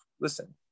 listen